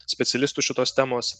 specialistų šitos temos